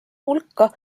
hulka